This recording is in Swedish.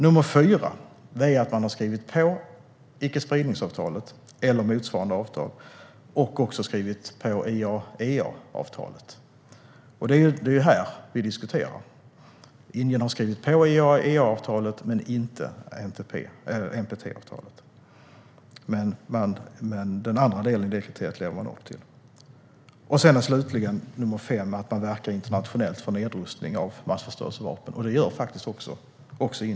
Det fjärde är att man har skrivit på icke-spridningsavtalet, eller motsvarande avtal, och även har skrivit på IAEA-avtalet. Det är ju detta vi diskuterar - Indien har skrivit på IAEA-avtalet, men man har inte skrivit på icke-spridningsavtalet NPT. Det andra kriteriet lever man dock som sagt upp till. Det femte och sista kravet är att man verkar internationellt för nedrustning av massförstörelsevapen, vilket Indien faktiskt gör.